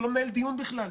הוא לא מנהל דיון בכלל.